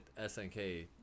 SNK